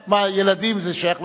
ילדים זה שייך,